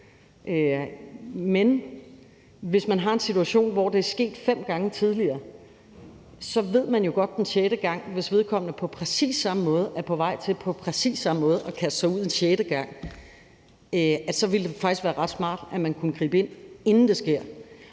men hvis man har en situation, hvor det er sket fem gange tidligere, så ved man jo godt, at det vil ske igen, og hvis vedkommende så er på vej til på præcis samme måde at kaste sig ud for sjette gang, så ville det faktisk være ret smart, at man kunne gribe ind, inden det sker.